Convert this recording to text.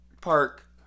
park